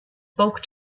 spoke